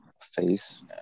face